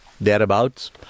thereabouts